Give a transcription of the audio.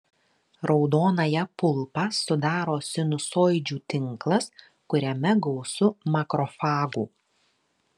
raudonąją pulpą sudaro sinusoidžių tinklas kuriame gausu makrofagų